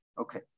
Okay